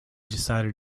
decided